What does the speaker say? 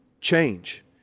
change